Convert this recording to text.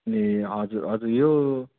ए हजुर हजुर यो